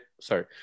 sorry